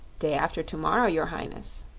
day after to-morrow, your highness.